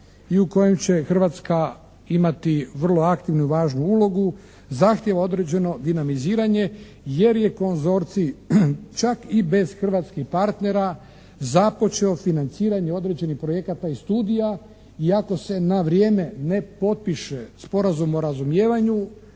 i u kojem će Hrvatska imati vrlo aktivnu i važnu ulogu zahtijeva određeno dinamiziranje jer je konzorcij čak i bez hrvatskih partnera započeo financiranje određenih projekata i studija i ako se na vrijeme ne potpiše Sporazum o razumijevanju